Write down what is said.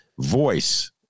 voice